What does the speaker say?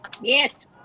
Yes